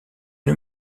une